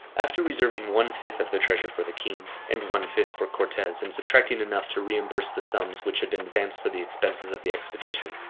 after reserving one-fifth of the treasure for the king, and one-fifth for cortes and subtracting enough to reimburse the sums which had been advanced for the expenses of the expedition,